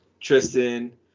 Tristan